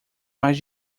mais